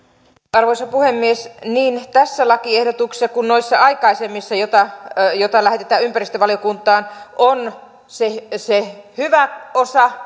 arvoisa puhemies niin tässä lakiehdotuksessa kuin noissa aikaisemmissa jotka lähetetään ympäristövaliokuntaan on se se hyvä osa